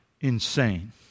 Insane